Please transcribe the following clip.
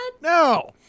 No